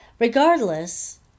Regardless